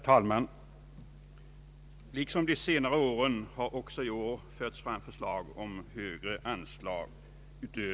Herr talman!